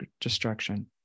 destruction